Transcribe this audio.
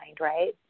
right